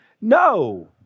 No